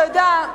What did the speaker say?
אתה יודע,